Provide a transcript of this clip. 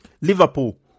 Liverpool